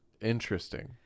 Interesting